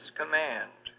command